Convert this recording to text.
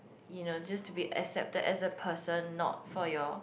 you know just to be accepted as a person not for your